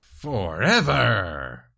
Forever